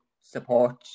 support